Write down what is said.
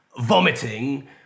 vomiting